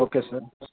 okay sir